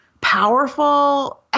powerful